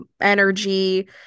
energy